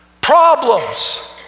problems